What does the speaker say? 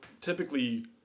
typically